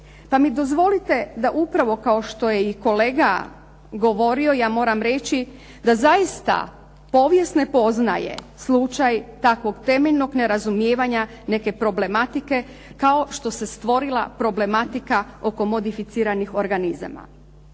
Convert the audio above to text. Pa mi dozvolite da upravo kao što je i kolega govorio ja moram reći da zaista povijest ne poznaje slučaj takvog temeljnog nerazumijevanja neke problematike kao što se stvorila problematika oko modificiranih organizama